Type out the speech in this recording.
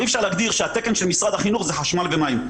אי אפשר להגדיר שהתקן של משרד החינוך הוא חשמל ומים.